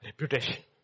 Reputation